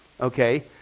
okay